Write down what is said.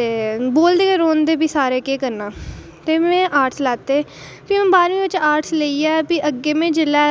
ते बोलदे गै रौहंदे सारे भी केह् करना ते में आर्टस लैते ते भी में बारहमीं बिच आर्टस लेइयै मतलब जेल्लै